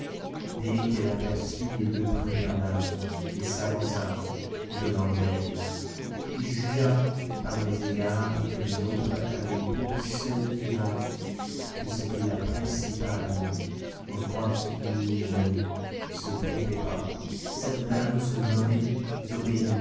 dès qu'elle aperçut les deux premières dames et s'avança audevant d'elles il jugea par les égards que les autres avaient pour celle-là que c'était la principale en quoi il ne se trompait pas cette dame se nommait zobéide